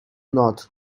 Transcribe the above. not